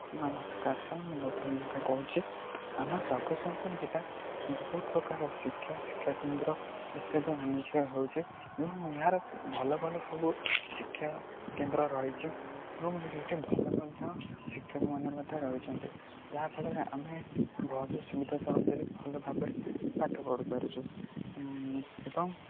ନମସ୍କାର ସାର୍ ମୁଁ ଗୌତୁମୂଲିକା କହୁଛି ଆମ ଜଗତସିଂହପୁର ଜିଲ୍ଲାରେ ବହୁତ ପ୍ରକାର ଶିକ୍ଷା ଶିକ୍ଷାକେନ୍ଦ୍ର ଇତ୍ୟାଦି ଅନୁଯାୟୀ ହେଉଛି ଏବଂ ଏହାର ଭଲ ଭଲ ସବୁ ଶିକ୍ଷାକେନ୍ଦ୍ର ରହିଛି ଏବଂ ଏଇଠି ଭଲ ମଧ୍ୟ ଶିକ୍ଷକମାନେ ମଧ୍ୟ ରହିଛନ୍ତି ଯାହା ଫଳରେ ଆମେ ବହୁତ ସୁବିଧା ସହଜରେ ଭଲ ଭାବରେ ପାଠ ପଢ଼ିପାରୁଛୁ ଏବଂ